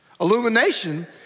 Illumination